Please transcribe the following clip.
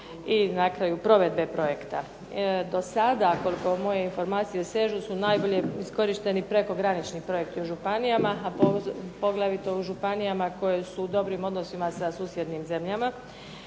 i na kraju provedbe projekta. Dosada koliko moje informacije sežu su najbolje iskorišteni prekogranični projekti u županijama, a poglavito u županijama koje su u dobrim odnosima sa susjednim zemljama